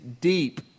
deep